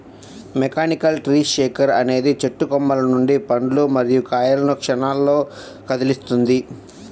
mechanical tree shaker అనేది చెట్టు కొమ్మల నుండి పండ్లు మరియు కాయలను క్షణాల్లో కదిలిస్తుంది